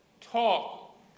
talk